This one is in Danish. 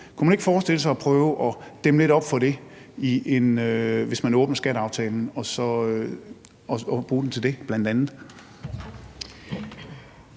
Kunne man ikke forestille sig at prøve at dæmme lidt op for det, hvis man åbner skatteaftalen, og så bl.a. bruge den til det?